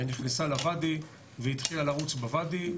נכנסה לוואדי והתחילה לרוץ בוואדי.